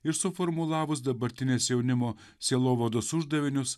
ir suformulavus dabartinės jaunimo sielovados uždavinius